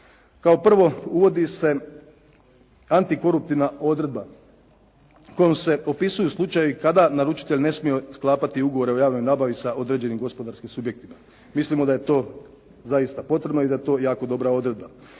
Kao prvo, uvodi se antikoruptivna odredba kojom se opisuju slučajevi kada naručitelj ne smije sklapati ugovore o javnoj nabavi sa određenim gospodarskim subjektima. Mislimo da je to zaista potrebno i da je to jako dobra odredba.